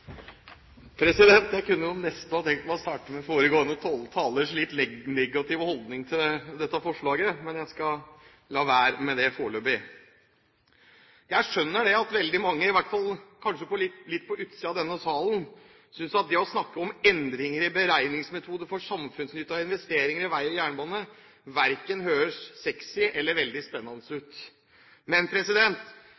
Jeg kunne nesten ha tenkt meg å starte med foregående talers litt negative holdning til dette forslaget, men jeg skal la være med det foreløpig. Jeg skjønner at det kanskje er veldig mange – i hvert fall på utsiden av denne salen – som synes at det å snakke om endringer i beregningsmetoder for samfunnsnytte av investeringer i vei og jernbane verken høres sexy eller veldig spennende